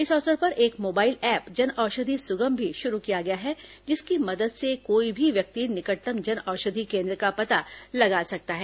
इस अवसर पर एक मोबाईल एप जनऔषधि सुगम भी शुरू किया गया जिसकी मदद से कोई भी व्यक्ति निकटतम जनऔषधि केंद्र का पता लगा सकता है